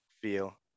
feel